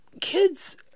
kids